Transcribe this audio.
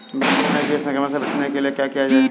भिंडी में कीट संक्रमण से बचाने के लिए क्या किया जाए?